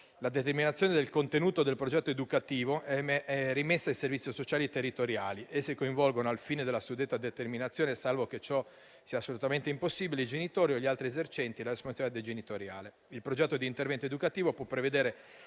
La determinazione del contenuto del progetto educativo è rimessa ai servizi sociali territoriali. Essi coinvolgono al fine della suddetta determinazione, salvo che ciò sia assolutamente impossibile, i genitori o gli altri esercenti la responsabilità genitoriale. Il progetto di intervento educativo può prevedere